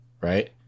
right